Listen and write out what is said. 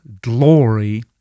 glory